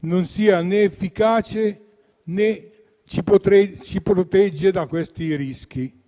non sia efficace e non ci protegga da questi rischi.